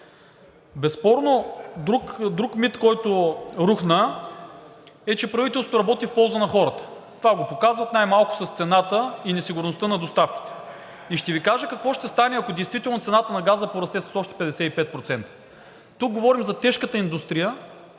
Безспорно друг мит, който рухна, е, че правителството работи в полза на хората. Това го показват най-малко с цената и несигурността на доставките. И ще Ви кажа какво ще стане, ако действително цената на газа порасте с още 55%. Тук говорим за тежката индустрия,